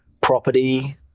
property